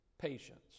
patience